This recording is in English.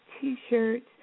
T-shirts